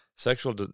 sexual